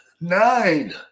nine